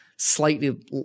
Slightly